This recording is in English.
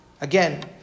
Again